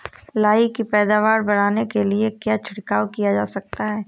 लाही की पैदावार बढ़ाने के लिए क्या छिड़काव किया जा सकता है?